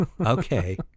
okay